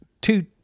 two